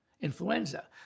influenza